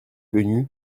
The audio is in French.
venu